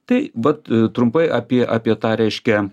tai vat trumpai apie apie tą reiškia